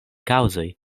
kaŭzoj